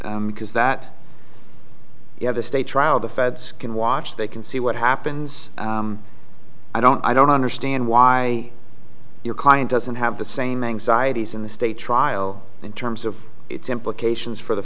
because that you have a state trial the feds can watch they can see what happens i don't i don't understand why your client doesn't have the same anxieties in the state trial in terms of its implications for the